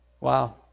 Wow